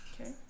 Okay